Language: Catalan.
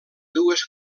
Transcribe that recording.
dues